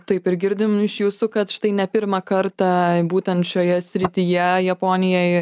taip ir girdim iš jūsų kad štai ne pirmą kartą būtent šioje srityje japonijai